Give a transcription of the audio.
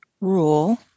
rule